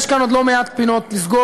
יש כאן עוד לא מעט פינות לסגור: